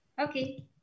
okay